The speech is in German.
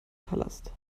palast